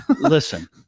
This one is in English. Listen